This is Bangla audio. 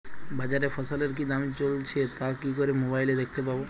বাজারে ফসলের কি দাম চলছে তা কি করে মোবাইলে দেখতে পাবো?